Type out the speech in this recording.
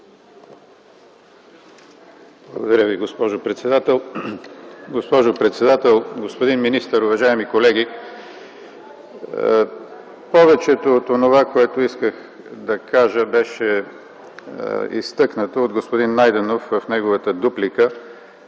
Благодаря Ви, госпожо председател. Госпожо председател, господин министър, уважаеми колеги! Повечето от онова, което исках да кажа, беше изтъкнато от господин Найденов в неговата дуплика